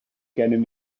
gennym